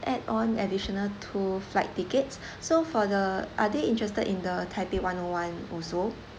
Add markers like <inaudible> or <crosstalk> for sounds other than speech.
add on additional two flight tickets <breath> so for the are they interested in the taipei one O one also